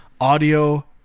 audio